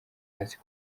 hasi